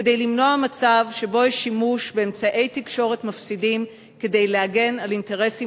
כדי למנוע מצב שבו יש שימוש באמצעי תקשורת מפסידים כדי להגן על אינטרסים